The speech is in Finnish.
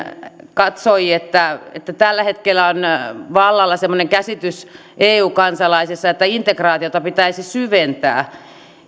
katsoi että tällä hetkellä on vallalla semmoinen käsitys eu kansalaisissa että integraatiota pitäisi syventää